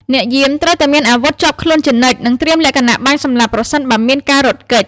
អ្នកយាមត្រូវតែមានអាវុធជាប់ខ្លួនជានិច្ច និងត្រៀមលក្ខណៈបាញ់សម្លាប់ប្រសិនបើមានការរត់គេច។